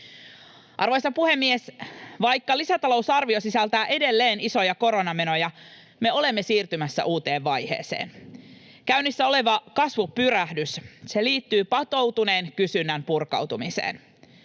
Arvoisa puhemies! Vaikka lisätalousarvio sisältää edelleen isoja koronamenoja, me olemme siirtymässä uuteen vaiheeseen. Käynnissä oleva kasvupyrähdys liittyy patoutuneen kysynnän purkautumiseen.